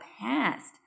past